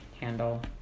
handle